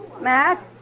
Matt